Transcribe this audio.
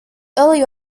early